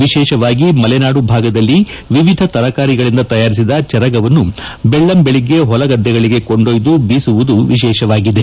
ವಿಶೇಷವಾಗಿ ಮಲೆನಾಡು ಭಾಗದಲ್ಲಿ ವಿವಿಧ ತರಕಾರಿಗಳಿಂದ ತಯಾರಿಸಿದ ಚೆರಗವನ್ನು ಬೆಳ್ಳಂಬೆಳಿಗ್ಗೆ ಹೊಲಗದ್ದೆಗಳಿಗೆ ಕೊಂಡೊಯ್ದು ಬೀಸುವುದು ವಿಶೇಷವಾಗಿದೆ